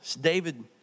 David